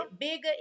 bigger